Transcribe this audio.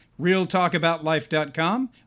realtalkaboutlife.com